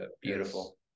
beautiful